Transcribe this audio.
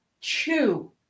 chew